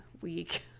week